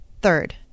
Third